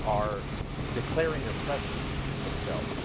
are declaring their presence to themselves,